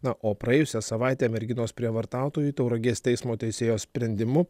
na o praėjusią savaitę merginos prievartautojui tauragės teismo teisėjo sprendimu